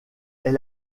est